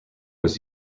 was